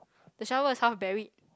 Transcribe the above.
the shovel is half buried